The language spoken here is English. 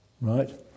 right